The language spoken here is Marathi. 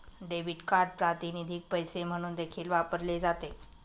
डेबिट कार्ड प्रातिनिधिक पैसे म्हणून देखील वापरले जाते